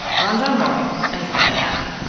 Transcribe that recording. ron, john, roy and his buddy adam.